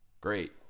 great